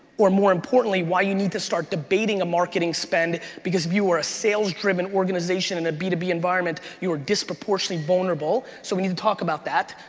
or more importantly, why you need to start debating a marketing spend, because if you are a sales-driven organization in a b two b environment, you are disproportionately vulnerable, so we need to talk about that.